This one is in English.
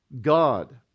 God